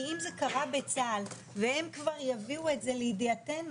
כי אם זה קרה בצה"ל והם כבר יביאו את זה לידיעתנו,